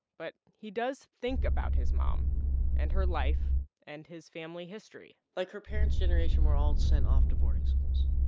but he does think about his mom and her life and his family history like, her parents' generation were all sent off to boarding schools.